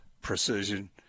precision